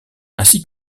ainsi